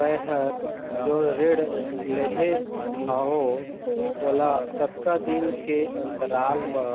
मैं हर जोन ऋण लेहे हाओ ओला कतका दिन के अंतराल मा